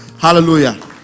Hallelujah